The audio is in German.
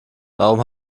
warum